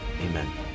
amen